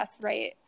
right